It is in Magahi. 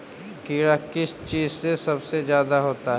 कीड़ा किस चीज से सबसे ज्यादा होता है?